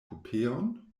kupeon